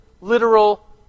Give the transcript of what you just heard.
literal